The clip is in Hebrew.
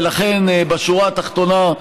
ולכן בשורה התחתונה,